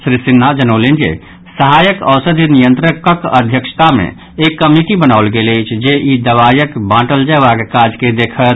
श्री सिन्हा जनौलनि जे सहायक औषधि नियंत्रकक अध्यक्षता मे एक कमिटी बनाओल गेल अछि जे ई दबाईक बांटल जयबाक काज के देखत